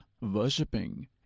worshipping